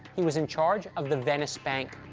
he was in charge of the venice bank.